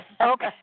Okay